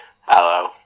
Hello